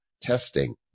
testing